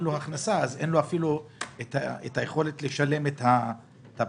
הכנסה אז אין לו אפילו יכולת לשלם את הפרמיה,